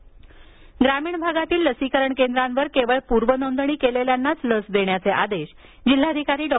लसीकरण ग्रामीण भागातील लसीकरण केंद्रांवर केवळ पूर्व नोंदणी केलेल्यानाच लस देण्याचे आदेश जिल्हाधिकारी डॉ